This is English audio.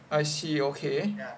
I see okay